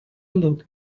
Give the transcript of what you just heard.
look